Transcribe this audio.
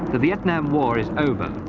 the vietnam war is over,